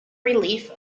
relief